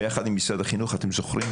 ביחד עם משרד החינוך אתם זוכרים?